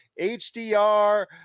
HDR